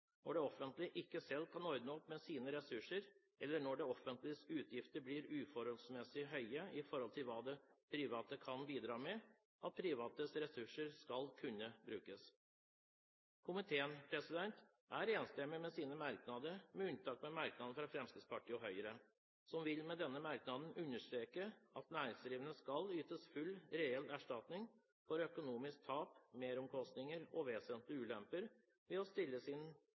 når det offentlige ikke selv kan ordne opp med sine ressurser, eller når det offentliges utgifter blir uforholdsmessige høye i forhold til hva det private kan bidra med, at privates ressurser skal kunne brukes. Komiteen er enstemmig i sine merknader, med unntak av merknaden fra Fremskrittspartiet og Høyre, som med denne merknaden vil understreke at næringsdrivende skal ytes full reell erstatning for økonomisk tap, meromkostninger og vesentlige ulemper ved å stille sin